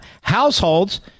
Households